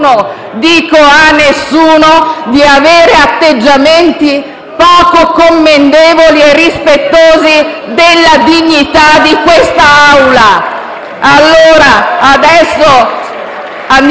ripeto, a nessuno - avere atteggiamenti poco commendevoli e irrispettosi della dignità di quest'Assemblea.